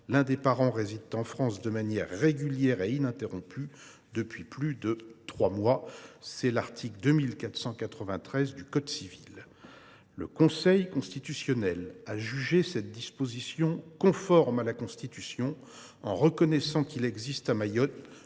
l’un des parents réside en France de manière régulière et ininterrompue depuis plus de trois mois. Ces dispositions figurent à l’article 2 493 du code civil. Le Conseil constitutionnel a jugé cette disposition conforme à la Constitution, en reconnaissant qu’il existe à Mayotte